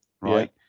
right